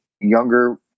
younger